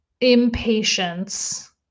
impatience